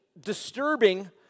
disturbing